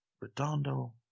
Redondo